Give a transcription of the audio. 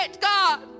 God